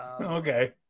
Okay